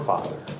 Father